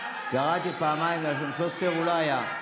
קראתי פעמיים לאלון שוסטר, לא היה.